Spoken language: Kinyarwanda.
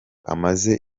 amaze